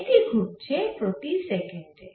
এটি ঘুরছে প্রতি সেকেন্ডে